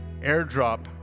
airdrop